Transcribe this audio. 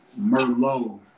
Merlot